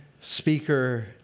speaker